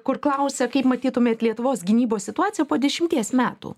kur klausia kaip matytumėt lietuvos gynybos situaciją po dešimties metų